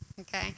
Okay